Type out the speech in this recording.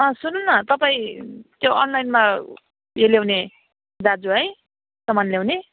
अँ सुन्नु न तपाईँ त्यो अनलाइनमा उयो ल्याउने दाजु है सामान ल्याउने